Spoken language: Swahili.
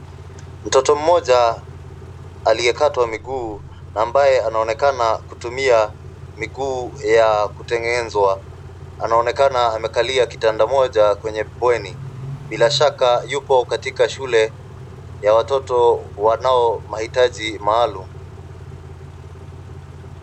Mtoto moja aliyekatwa miguu na ambaye anaonekana kutumia miguu ya kutengenezwa. Anaonekana amekalia kitanda moja kwenye bweni. Bila shaka yupo katika shule ya watoto wanao mahitaji maalum.